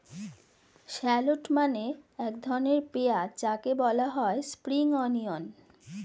shallot মানে এক ধরনের পেঁয়াজ যাকে বলা হয় স্প্রিং অনিয়ন